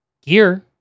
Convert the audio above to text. gear